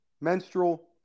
menstrual